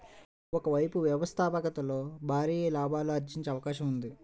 ఒక వైపు వ్యవస్థాపకతలో భారీగా లాభాలు ఆర్జించే అవకాశం ఉంది